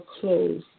close